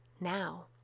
now